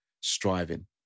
striving